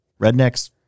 rednecks